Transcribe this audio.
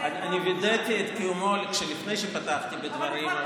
אני וידאתי את קיומו לפני שפתחתי בדברים,